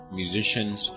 musicians